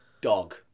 dog